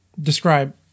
describe